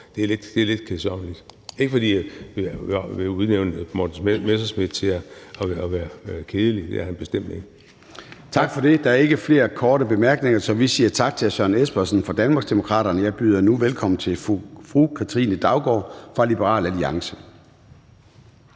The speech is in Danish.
Det er lidt kedsommeligt. Det er ikke, fordi jeg vil udnævne Morten Messerschmidt til at være kedelig – det er han bestemt ikke. Kl. 20:43 Formanden (Søren Gade): Tak for det. Der er ikke flere korte bemærkninger, så vi siger tak til hr. Søren Espersen fra Danmarksdemokraterne. Jeg byder nu velkommen til fru Katrine Daugaard fra Liberal Alliance.